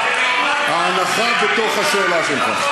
ההנחה בתוך השאלה שלך,